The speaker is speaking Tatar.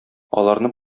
аларны